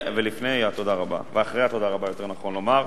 ולפני התודה רבה ואחרי התודה רבה, יותר נכון לומר,